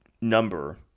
number